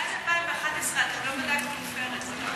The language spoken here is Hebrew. מאז 2011 אתם לא בדקתם עופרת, זה,